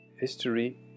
history